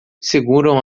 seguram